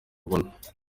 babona